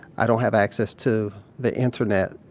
i don't have access to the internet,